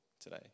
today